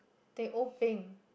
the old thing